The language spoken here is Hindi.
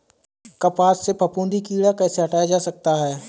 कपास से फफूंदी कीड़ा कैसे हटाया जा सकता है?